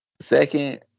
second